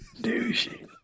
douchey